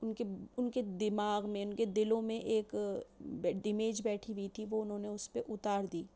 اُن کے اُن کے دماغ میں اُن کے دِلوں میں ایک آ امیج بیٹھی ہوئی تھی وہ اُنہوں نے اُس پہ اُتار دی